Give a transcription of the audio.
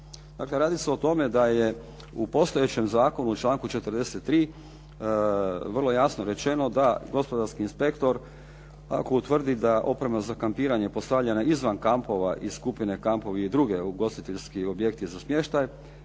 radi se o tome da je u postojećem zakonu u članku 43. vrlo jasno rečeno da gospodarski inspektor, ako utvrdi da oprema za kampiranje postavljena izvan kampova i skupine kampova i druge ugostiteljski objekti za smještaj